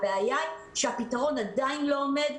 הבעיה היא שהפתרון עדיין לא עומד,